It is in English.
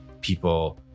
people